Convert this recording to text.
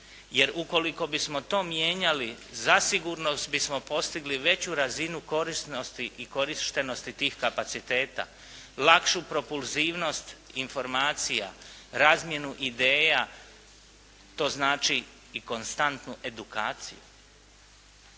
jer ukoliko bismo to mijenjali zasigurno bismo postigli veću razinu korisnosti i korištenosti tih kapaciteta, lakšu propulzivnost informacija, razmjenu ideja, to znači i konstantu edukaciju.